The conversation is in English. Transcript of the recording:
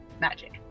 magic